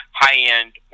high-end